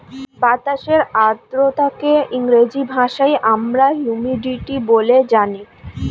বাতাসের আর্দ্রতাকে ইংরেজি ভাষায় আমরা হিউমিডিটি বলে জানি